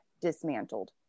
dismantled